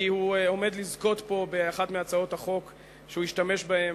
כי הוא עומד לזכות פה באחת מהצעות החוק שהוא ישתמש בהם,